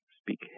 speak